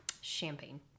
Champagne